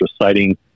reciting